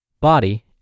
body